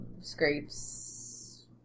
scrapes